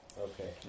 Okay